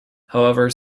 however